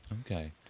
Okay